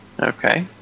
Okay